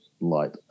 light